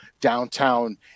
downtown